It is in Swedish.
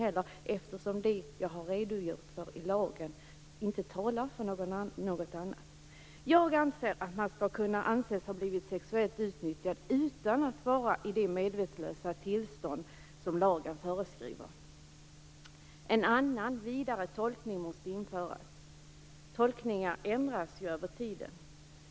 Det jag har redogjort för i lagen talar inte för det. Jag anser att man skall kunna anses ha blivit sexuellt utnyttjad utan att vara i det medvetslösa tillstånd som lagen föreskriver. En annan, vidare tolkning måste införas. Tolkningar ändras ju över tiden.